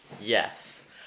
yes